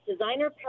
designer